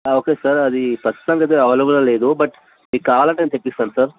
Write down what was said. okay sir అది ప్రస్తుతానికి అయితే అవైలబుల్లో లేదు బట్ మీకు కావాలంటే నేను తెప్పిస్తాను సార్